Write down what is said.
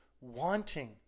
wanting